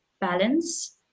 balance